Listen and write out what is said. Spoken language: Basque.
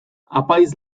apaiz